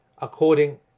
according